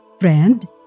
Friend